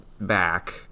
back